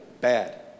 bad